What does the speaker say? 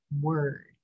word